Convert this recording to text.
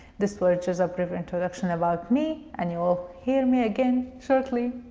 this was just a brief introduction about me, and you will hear me again shortly.